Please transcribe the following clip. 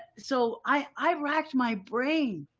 so i racked my brain.